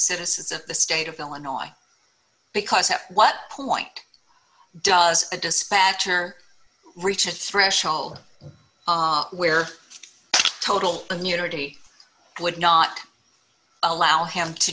citizens of the state of illinois because what point does a dispatcher reach a threshold where total immunity would not allow him to